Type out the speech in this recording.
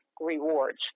rewards